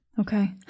Okay